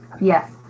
Yes